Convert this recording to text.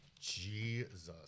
Jesus